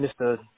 Mr